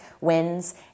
wins